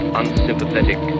unsympathetic